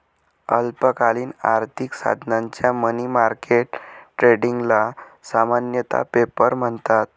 अल्पकालीन आर्थिक साधनांच्या मनी मार्केट ट्रेडिंगला सामान्यतः पेपर म्हणतात